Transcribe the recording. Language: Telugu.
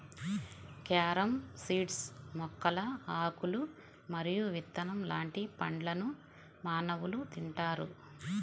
క్యారమ్ సీడ్స్ మొక్కల ఆకులు మరియు విత్తనం లాంటి పండ్లను మానవులు తింటారు